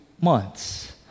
months